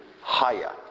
higher